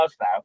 now